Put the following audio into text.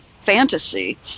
fantasy